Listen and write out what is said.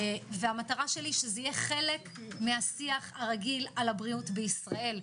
המטרה שלי שזה יהיה חלק מהשיח הרגיל על הבריאות בישראל,